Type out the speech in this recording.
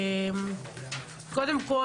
קודם כל,